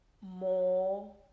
more